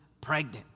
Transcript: pregnant